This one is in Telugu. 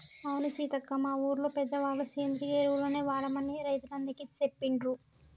అవును సీతక్క మా ఊరిలో పెద్దవాళ్ళ సేంద్రియ ఎరువులనే వాడమని రైతులందికీ సెప్పిండ్రు